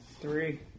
Three